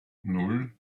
nan